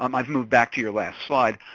um i've moved back to your last slide.